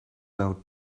well